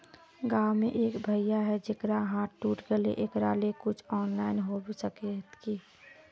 गाँव में एक भैया है जेकरा हाथ टूट गले एकरा ले कुछ ऑनलाइन होबे सकते है?